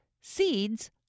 seeds